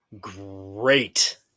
great